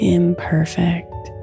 imperfect